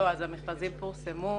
המכרזים פורסמו.